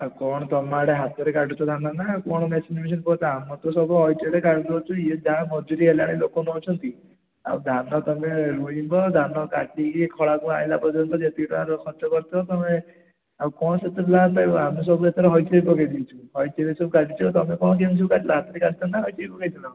ଆଉ କ'ଣ ତୁମ ଆଡ଼େ ହାତରେ କାଟୁଛ ଧାନ ନା କ'ଣ ମେସିନ୍ ଫେସିନ୍ ଆମର ତ ସବୁ ହଇଚଇରେ କାଟି ଦେଉଛୁ ଇଏ ଯାହା ମଜୁରୀ ହେଲାଣି ଲୋକ ନେଉଛନ୍ତି ଆଉ ଧାନ ତୁମେ ରୋଇବ ଧାନ କାଟିକି ଖଳାକୁ ଆଣିଲା ପର୍ଯ୍ୟନ୍ତ ଯେତିକି ଟଙ୍କା ନ ଖର୍ଚ୍ଚ କରିଥିବ ତୁମେ ଆଉ କ'ଣ ସେଥିରୁ ଲାଭ ପାଇବ ଆମେ ସବୁ ଏଥର ହଇଚଇ ପକାଇ ଦେଇଛୁ ହଇଚଇରେ ସବୁ କାଟୁଛୁ ତୁମେ କ'ଣ କେମିତି କାଟିଲ ହାତରେ କାଟିଛ ନା ପକାଇଥିଲ